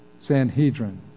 Sanhedrin